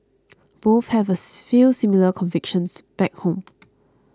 both have as few similar convictions back home